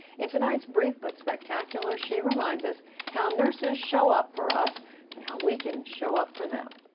in tonight's brief but spectacular, she reminds us how nurses show up for us and how we can show up for them.